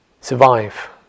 survive